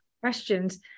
questions